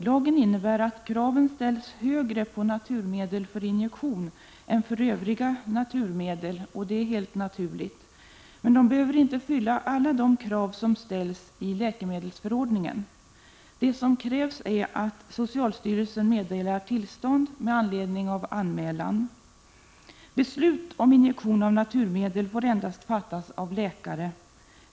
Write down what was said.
Lagen innebär att kraven ställs högre på naturmedel för injektion än för övriga naturmedel, och det är helt naturligt, men de behöver inte fylla alla de krav som uppställs i läkemedelsförordningen. Det som krävs är att socialstyrelsen meddelar tillstånd med anledning av anmälan. Beslut om injektion av naturmedel får endast fattas av läkare.